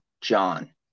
John